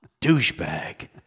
douchebag